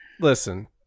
Listen